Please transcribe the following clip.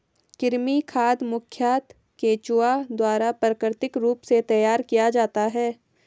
कृमि खाद मुखयतः केंचुआ द्वारा प्राकृतिक रूप से तैयार किया जाता है